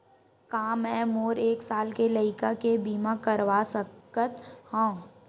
का मै मोर एक साल के लइका के बीमा करवा सकत हव?